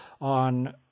on